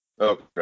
Okay